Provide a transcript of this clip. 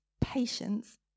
patience